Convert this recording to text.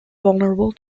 vulnerable